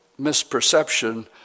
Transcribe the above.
misperception